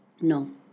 no